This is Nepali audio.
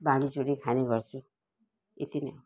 बाँडी चुँडी खाने गर्छु यति नै हो